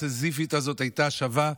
אבל העבודה הסיזיפית הזאת הייתה שווה,